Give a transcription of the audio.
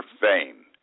fame